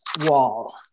wall